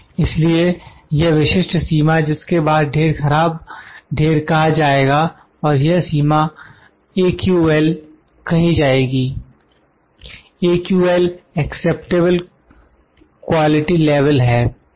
इसलिए यह विशिष्ट सीमा जिसके बाद ढेर खराब ढेर कहा जाएगा और यह सीमा ए क्यू एल कही जाएगी A Q L acceptable quality level है